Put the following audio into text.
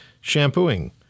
Shampooing